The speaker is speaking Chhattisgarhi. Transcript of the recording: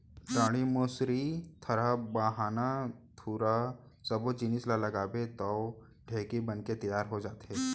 डांड़ी, मुसरी, थरा, बाहना, धुरा सब्बो जिनिस ल लगाबे तौ ढेंकी बनके तियार हो जाथे